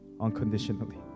unconditionally